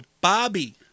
Bobby